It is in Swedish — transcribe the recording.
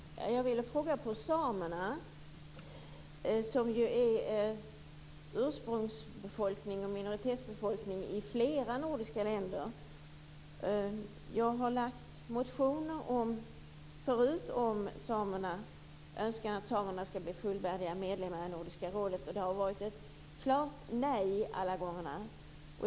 Fru talman! Jag vill ställa en fråga om samerna, som är ursprungsbefolkning och minoritetsbefolkning i flera nordiska länder. Jag har förut väckt motioner om att samerna skall bli fullvärdiga medlemmar i Nordiska rådet. Det har varit ett klart nej alla gångerna.